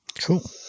Cool